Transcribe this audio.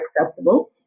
acceptable